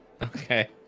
Okay